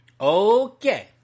Okay